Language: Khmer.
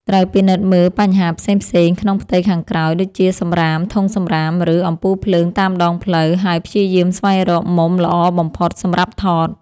ត្រូវពិនិត្យមើលបញ្ហាផ្សេងៗក្នុងផ្ទៃខាងក្រោយ ដូចជា សំរាម ធុងសំរាម ឬ អំពូលភ្លើងតាមដងផ្លូវ ហើយព្យាយាមស្វែងរកមុំល្អបំផុតសម្រាប់ថត។